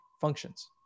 functions